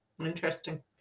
interesting